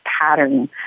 pattern